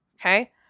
Okay